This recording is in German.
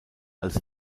als